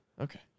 Okay